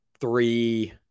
three